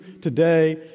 today